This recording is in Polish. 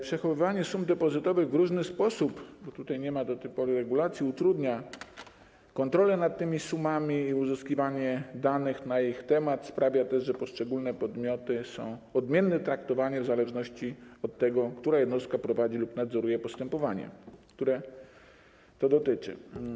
Przechowywanie sum depozytowych w różny sposób - bo tutaj nie ma do tej pory regulacji - utrudnia kontrolę nad tymi sumami i uzyskiwanie danych na ich temat, sprawia też, że poszczególne podmioty są odmiennie traktowane w zależności od tego, która jednostka prowadzi lub nadzoruje postępowanie, które tego dotyczy.